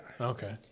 Okay